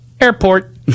airport